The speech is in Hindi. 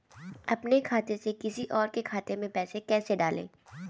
अपने खाते से किसी और के खाते में पैसे कैसे डालें?